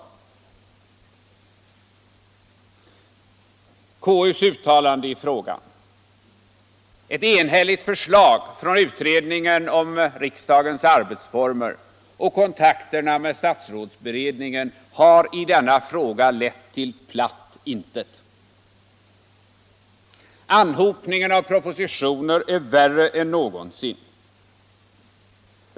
Konstitutionsutskottets uttalanden i frågan, ett enhälligt förslag från utredningen om en allmän översyn av riksdagens arbetsformer och kontakterna med statsrådsberedningen har i denna fråga lett till platt intet. Anhopningen av propositioner är värre än någonsin.